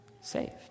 saved